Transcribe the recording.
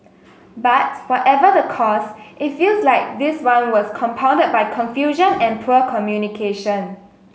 but whatever the cause it feels like this one was compounded by confusion and poor communication